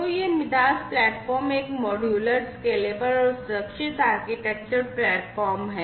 तो यह MIDAS platform एक मॉड्यूलर स्केलेबल और सुरक्षित आर्किटेक्चर प्लेटफ़ॉर्म है